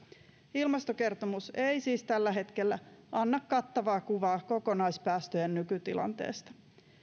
ilmastokertomus ei siis tällä hetkellä anna kattavaa kuvaa kokonaispäästöjen nykytilanteesta